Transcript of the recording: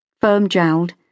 firm-jowled